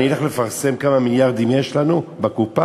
אני אלך לפרסם כמה מיליארדים יש לנו בקופה?